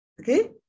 Okay